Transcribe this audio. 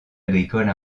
agricole